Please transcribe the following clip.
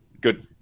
good